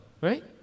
right